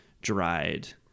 dried